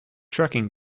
trucking